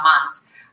months